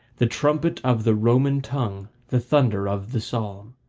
the trumpet of the roman tongue, the thunder of the psalm.